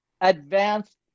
advanced